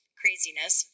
craziness